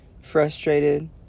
frustrated